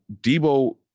Debo